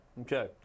Okay